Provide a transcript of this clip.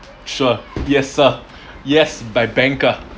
sure yes sir yes m~ my banker